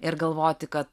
ir galvoti kad